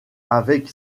avec